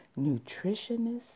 nutritionists